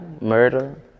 murder